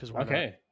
Okay